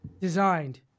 designed